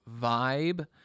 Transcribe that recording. vibe